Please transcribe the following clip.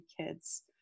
kids